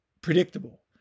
predictable